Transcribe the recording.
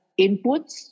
inputs